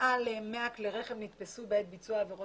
מעל ל-100 כלי רכב נתפסו בעת ביצוע עבירות